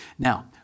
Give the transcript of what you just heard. Now